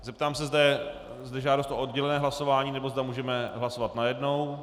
Zeptám se, zda je zde žádost o oddělené hlasování, nebo zda můžeme hlasovat najednou.